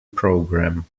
program